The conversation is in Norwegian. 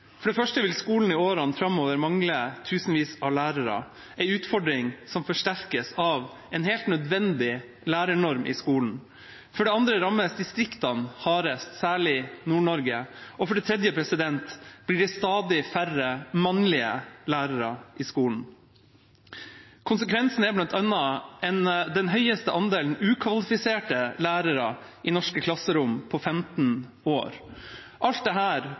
For det første vil skolen i årene framover mangle tusenvis av lærere – en utfordring som forsterkes av en helt nødvendig lærernorm i skolen. For det andre rammes distriktene hardest, særlig i Nord-Norge, og for det tredje blir det stadig færre mannlige lærere i skolen. Konsekvensene er bl.a. den høyeste andelen ukvalifiserte lærere i norske klasserom på 15 år. Alt